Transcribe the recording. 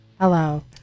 hello